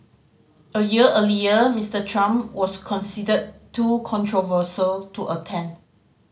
a year earlier Mister Trump was considered too controversial to attend